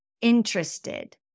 interested